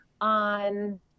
on